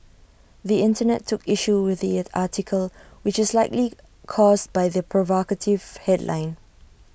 the Internet took issue with the article which is likely caused by the provocative headline